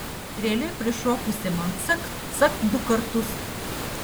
strėlė prišokusi man cakt cakt du kartus